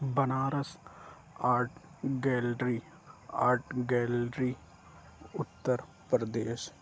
Banaras art gallery art gallery Uttar Pradesh